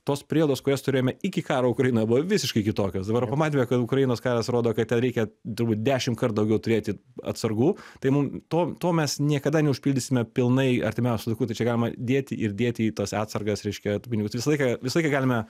tos prielaidos kurias turėjome iki karo ukrainoje buvo visiškai kitokios dabar pamatėme kad ukrainos karas rodo kad ten reikia turbūt dešimtkart daugiau turėti atsargų tai mum to to mes niekada neužpildysime pilnai artimiausiu laiku tai čia galima dėti ir dėti į tas atsargas reiškia pinigus visą laiką visą laiką galime